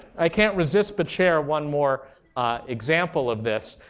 i can't resist but share one more example of this,